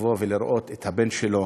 לבוא ולראות את הבן שלו